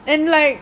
and like